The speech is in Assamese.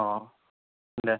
অঁ দে